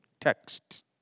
text